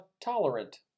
tolerant